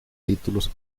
títulos